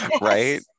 right